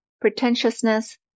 pretentiousness